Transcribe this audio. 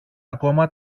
ακόμα